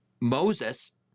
Moses